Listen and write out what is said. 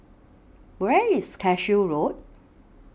Where IS Cashew Road